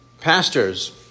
pastors